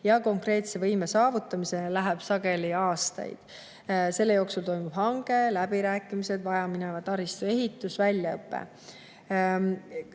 ja konkreetse võime saavutamiseni läheb sageli aastaid. Selle jooksul toimub hange, läbirääkimised, vajamineva taristu ehitus, väljaõpe.